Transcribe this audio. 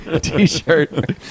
t-shirt